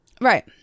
Right